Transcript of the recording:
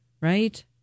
right